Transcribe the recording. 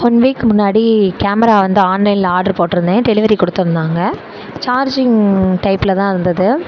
one week முன்னாடி camera வந்து ஆன்லைனில் ஆர்ட்ரு போட்டுருந்தேன் டெலிவரி கொடுத்துருந்தாங்க சார்ஜிங் டைப்பில் தான் இருந்தது